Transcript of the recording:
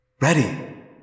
Ready